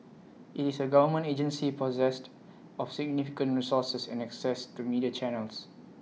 IT is A government agency possessed of significant resources and access to media channels